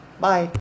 Bye